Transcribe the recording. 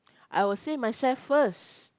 I will save myself first